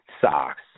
socks